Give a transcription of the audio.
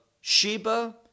sheba